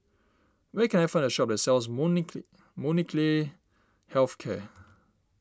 where can I find a shop that sells Molnylcke Health Care